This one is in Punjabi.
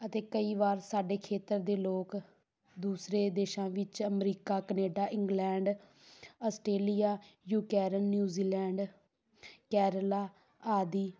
ਅਤੇ ਕਈ ਵਾਰ ਸਾਡੇ ਖੇਤਰ ਦੇ ਲੋਕ ਦੂਸਰੇ ਦੇਸ਼ਾਂ ਵਿੱਚ America Canada England Australia Ukraine New Zealand Kerala ਆਦਿ